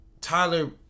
Tyler